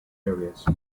areas